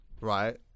right